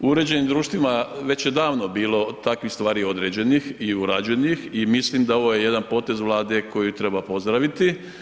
U uređenim društvima već je davno bilo takvih stvari određenih i urađenih i mislim da ovo je jedan potez Vlade koji treba pozdraviti.